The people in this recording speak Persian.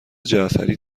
جعفری